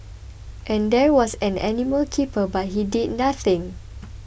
and there was an animal keeper but he did nothing